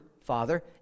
Father